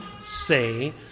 say